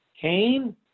Cain